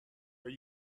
are